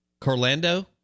Carlando